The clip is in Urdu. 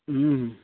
ہوں